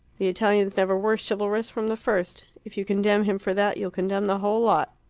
the italians never were chivalrous from the first. if you condemn him for that, you'll condemn the whole lot.